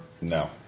No